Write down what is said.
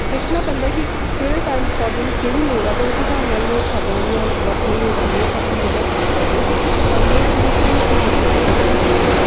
ਦੇਖਣਾ ਪੈਂਦਾ ਕਿ ਕਿਹੜੇ ਟਾਈਮ ਪੌਦੇ ਨੂੰ ਕਿਹੜੀ ਲੋੜ ਹੈ ਅਤੇ ਉਸ ਹਿਸਾਬ ਨਾਲ਼ ਹੀ ਉਹ ਖਾਦਾਂ ਜਿਹੜੀਆਂ ਵਰਤ ਲਈਆਂ ਜਾਂਦੀਆਂ ਤਾਂ ਕਿ ਜਿਹੜੇ ਸਾਡੇ ਪੌਦੇ ਤੰਦਰੁਸਤ ਦਿਖਣ ਅਤੇ ਵਧੀਆ ਪ੍ਰੋਡਕਟ